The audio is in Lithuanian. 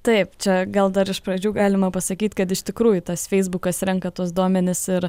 taip čia gal dar iš pradžių galima pasakyt kad iš tikrųjų tas feisbukas renka tuos duomenis ir